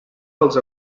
dels